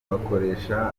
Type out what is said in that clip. bakoresha